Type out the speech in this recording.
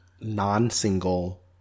non-single